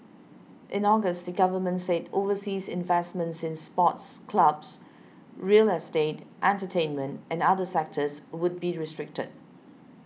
in August the government said overseas investments in sports clubs real estate entertainment and other sectors would be restricted